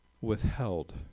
withheld